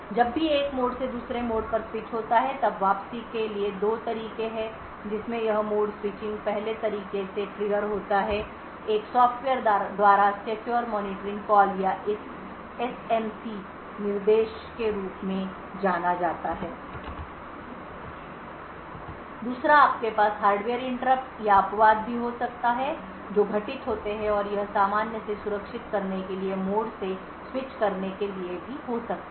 जब भी एक मोड से दूसरे मोड पर स्विच होता है तब वापसी के लिए दो तरीके हैं जिसमें यह मोड स्विचिंग पहले तरीके से ट्रिगर होता है एक सॉफ़्टवेयर द्वारा सिक्योर मॉनिटरिंग कॉल या इस एसएमसी SMC निर्देश के रूप में जाना जाता है दूसरा आपके पास हार्डवेयर इंटरप्ट या अपवाद भी हो सकते हैं जो घटित होते हैं और यह सामान्य से सुरक्षित करने के लिए मोड से स्विच करने के लिए भी हो सकता है